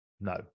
No